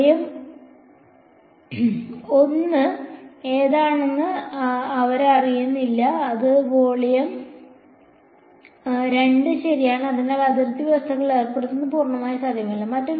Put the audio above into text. volume 1 ഏതാണെന്ന് അവർക്ക് അറിയില്ല അത് വോളിയം 2 ശരിയാണ് അതിനാൽ അതിർത്തി വ്യവസ്ഥകൾ ഏർപ്പെടുത്തുന്നത് പൂർണ്ണമായും സാധ്യമല്ല